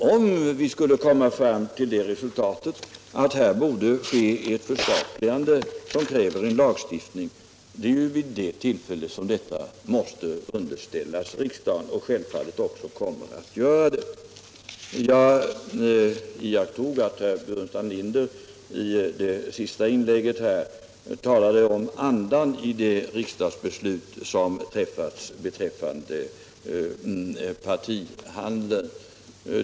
Om vi skulle finna att här borde ske ett förstatligande som kräver en lagstiftning, är det ju vid det tillfället som saken måste underställas riksdagen, och i så fall kommer det självfallet också att ske. Jag iakttog att herr Burenstam Linder i det senaste inlägget talade om andan i det riksdagsbeslut som fattats beträffande partihandeln.